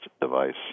device